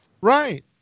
Right